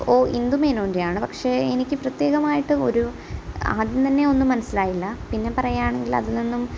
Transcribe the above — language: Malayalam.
ഓ ഇന്ദുമേനോൻ്റെയാണ് പക്ഷെ എനിക്ക് പ്രത്യേകമായിട്ടൊരു ആദ്യം തന്നെ ഒന്നും മനസ്സിലായില്ല പിന്നെ പറയുകയാണെങ്കിൽ അതിൽനിന്നും